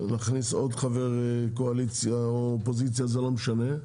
נכניס עוד חבר קואליציה או אופוזיציה, זה לא משנה,